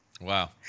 Wow